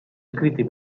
scritti